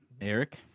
Eric